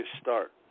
start